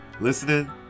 listening